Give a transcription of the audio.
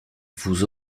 vous